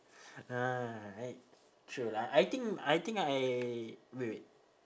uh I true lah I think I think I wait wait